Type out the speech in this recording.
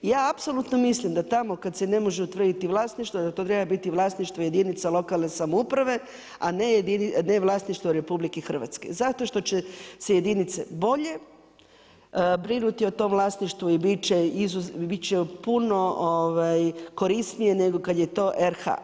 Ja apsolutno mislim da tamo kada se ne može utvrditi vlasništvo da to treba biti vlasništvo jedinica lokalne samouprave, a ne vlasništvo RH, zato što će se jedinice bolje brinuti o tom vlasništvu i bit će puno korisnije nego kada je to RH.